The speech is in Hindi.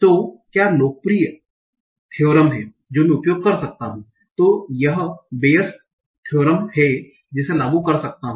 तो क्या लोकप्रिय थीयोरम है जो मैं उपयोग कर सकता हूं तो वह बेयस थीयोरम हैं जिसे लागू कर सकता हूं